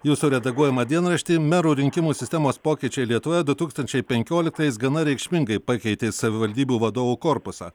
jūsų redaguojamą dienraštį merų rinkimų sistemos pokyčiai lietuvoje du tūkstančiai penkioliktais gana reikšmingai pakeitė savivaldybių vadovų korpusą